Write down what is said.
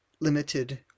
limited